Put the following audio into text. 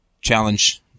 challenge